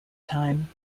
time